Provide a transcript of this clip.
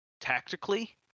tactically